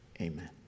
amen